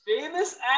Famous